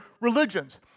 religions